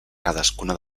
cadascuna